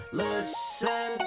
listen